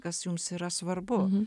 kas jums yra svarbu